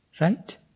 right